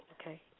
Okay